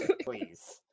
Please